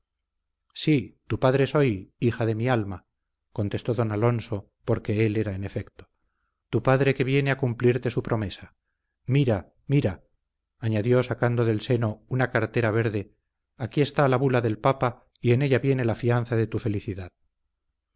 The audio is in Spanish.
sí tu padre soy hija de mi alma contestó don alonso porque él era en efecto tu padre que viene a cumplirte su promesa mira mira añadió sacando del seno una cartera verde aquí está la bula del papa y en ella viene la fianza de tu felicidad